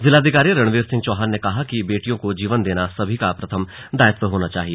जिलाधिकारी रणवीर सिंह चौहान ने कहा कि बेटियों को जीवन देना सभी का प्रथम दायित्व होना चाहिए